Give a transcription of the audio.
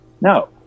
no